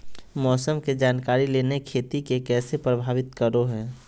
मौसम के जानकारी लेना खेती के कैसे प्रभावित करो है?